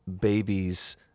babies